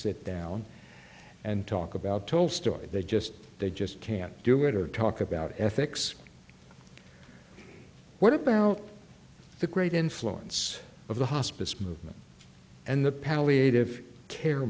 sit down and talk about tolstoy they just they just can't do it or talk about ethics what about the great influence of the hospice movement and the